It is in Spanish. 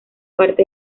parte